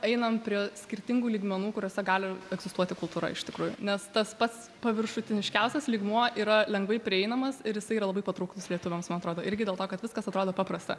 einam prie skirtingų lygmenų kuriuose gali egzistuoti kultūra iš tikrųjų nes tas pats paviršutiniškiausias lygmuo yra lengvai prieinamas ir jisai yra labai patrauklus lietuviams man atrodo irgi dėl to kad viskas atrodo paprasta